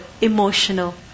Emotional